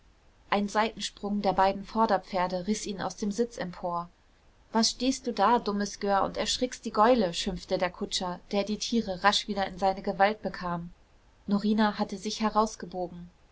ein seitensprung der beiden vorderpferde riß ihn aus dem sitz empor was stehst du da dummes gör und erschrickst die gäule schimpfte der kutscher der die tiere rasch wieder in seine gewalt bekam norina hatte sich herausgebogen